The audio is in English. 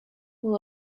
will